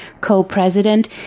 co-president